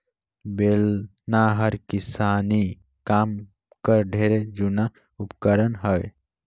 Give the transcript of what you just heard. बेलना हर किसानी काम कर ढेरे जूना उपकरन हवे